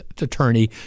attorney